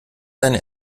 deinen